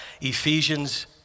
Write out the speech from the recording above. Ephesians